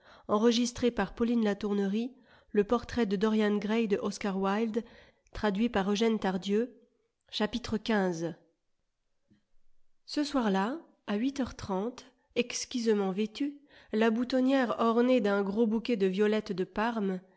e soir-là à huit heures trente exquisement vêtu la boutonnière ornée d'un gros bouquet de violettes de parme